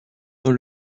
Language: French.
dans